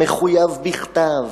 המחויב בכתב,